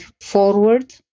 forward